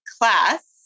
class